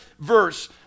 verse